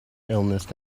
illness